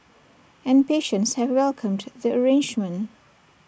and patients have welcomed the arrangement